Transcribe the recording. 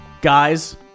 Guys